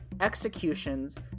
executions